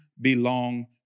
belong